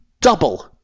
double